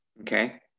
Okay